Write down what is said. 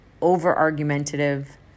over-argumentative